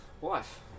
wife